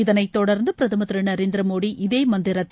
இதனை தொடர்ந்து பிரதமர் திரு நரேந்திர மோடி இதே மந்திரத்தை